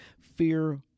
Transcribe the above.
fear